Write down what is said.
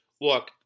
look